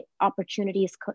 opportunities